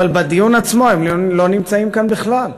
אבל בדיון עצמו הם לא נמצאים כאן בכלל.